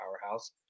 powerhouse